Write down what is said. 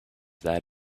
that